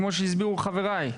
כמו שהסבירו חבריי,